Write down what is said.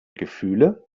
gefühle